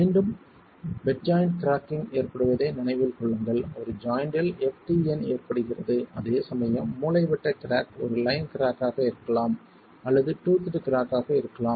மீண்டும் bed joint cracking ஏற்படுவதை நினைவில் கொள்ளுங்கள் ஒரு ஜாய்ண்ட்டில் ftn ஏற்படுகிறது அதேசமயம் மூலைவிட்ட கிராக் ஒரு லைன் கிராக் ஆக இருக்கலாம் அல்லது டூத்ட் கிராக் ஆக இருக்கலாம்